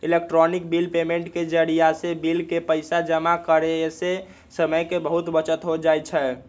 electronic bill payment के जरियासे bill के पइसा जमा करेयसे समय के बहूते बचत हो जाई छै